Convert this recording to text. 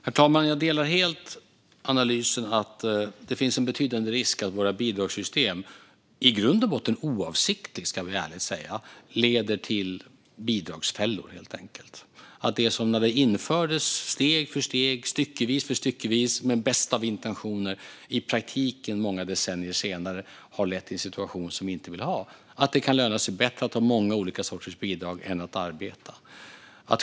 Herr talman! Jag håller helt med om analysen. Det finns en betydande risk att våra bidragssystem - i grund och botten oavsiktligt, ska jag ärligt säga - leder till bidragsfällor och att det som infördes med de bästa av intentioner, steg för steg och styckevis, många decennier senare i praktiken har lett till en situation som vi inte vill ha. Det kan löna sig bättre att ha många olika sorters bidrag än att arbeta.